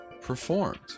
performed